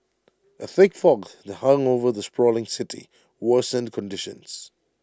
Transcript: A thick fog that hung over the sprawling city worsened conditions